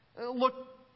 Look